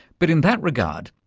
but in that regard,